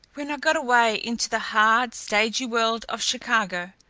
when i got away into the hard, stagey world of chicago,